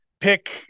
pick